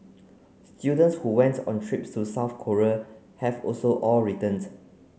students who went on trips to South Korea have also all returned